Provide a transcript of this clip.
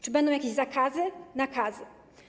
Czy będą jakieś zakazy, nakazy?